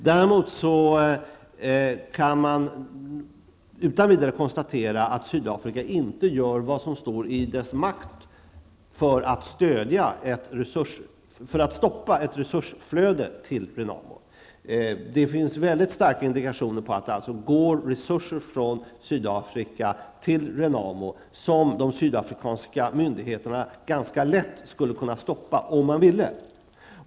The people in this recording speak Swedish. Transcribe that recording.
Däremot kan man utan vidare konstatera att Sydafrika inte gör vad som står i dess makt för att stoppa ett resursflöde till Renamo. Det finns mycket starka indikationer på att det går resurser från Sydafrika till Renamo, som de sydafrikanska myndigheterna ganska lätt skulle kunna stoppa, om man ville.